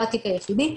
זה לא התיק היחידי,